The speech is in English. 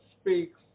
speaks